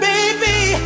Baby